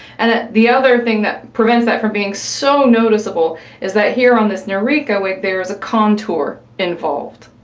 and that the other thing that prevents that from being so noticeable is that here on this noriko wig there is a contour involved